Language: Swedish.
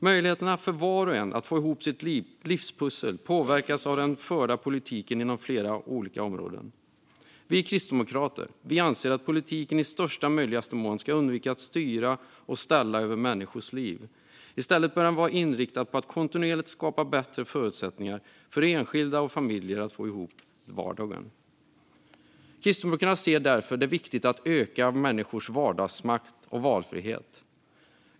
Möjligheterna för var och en att få ihop sitt livspussel påverkas av den förda politiken inom flera olika områden. Vi kristdemokrater anser att politiken i största möjliga mån ska undvika att styra och ställa över människors liv. I stället bör den vara inriktad på att kontinuerligt skapa bättre förutsättningar för enskilda och familjer att få ihop vardagen. Kristdemokraterna ser det därför som viktigt att öka människors vardagsmakt och valfrihet.